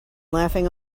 laughing